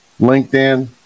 LinkedIn